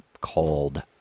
called